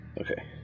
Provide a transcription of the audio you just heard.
Okay